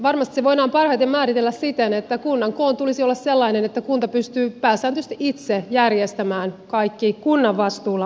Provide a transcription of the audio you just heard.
varmasti se voidaan parhaiten määritellä siten että kunnan koon tulisi olla sellainen että kunta pystyy pääsääntöisesti itse järjestämään kaikki kunnan vastuulla olevat palvelut